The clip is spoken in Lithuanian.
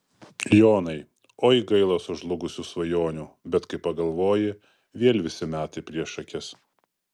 jonai oi gaila sužlugusių svajonių bet kai pagalvoji vėl visi metai prieš akis